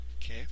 Okay